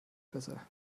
besser